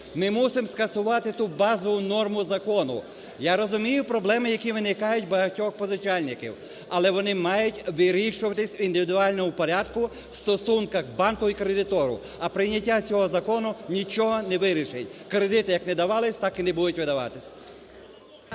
ми мусимо скасувати ту базову норму закону. Я розумію проблеми, які виникають у багатьох позичальників, але вони мають вирішуватись в індивідуальному порядку в стосунках банку і кредитора. А прийняття цього закону нічого не вирішить, кредити як не давались, так і не будуть видаватись.